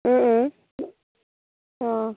অঁ